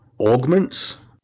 augments